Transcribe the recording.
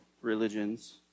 religions